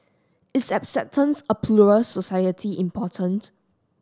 is acceptance a plural society important